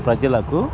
ప్రజలకు